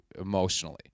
emotionally